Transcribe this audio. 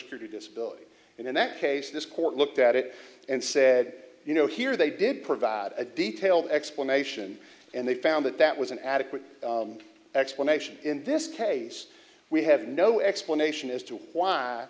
to disability and in that case this court looked at it and said you know here they did provide a detailed explanation and they found that that was an adequate explanation in this case we have no explanation as to why